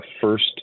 first